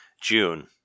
June